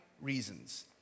reasons